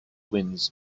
winds